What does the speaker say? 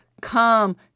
Come